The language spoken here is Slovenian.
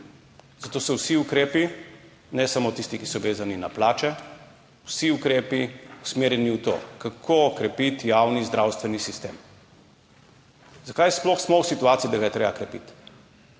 Zato so vsi ukrepi, ne samo tisti, ki so vezani na plače, vsi ukrepi usmerjeni v to, kako okrepiti javni zdravstveni sistem? Zakaj sploh smo v situaciji, da ga je treba krepiti?